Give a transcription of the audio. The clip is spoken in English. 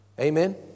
Amen